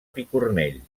picornell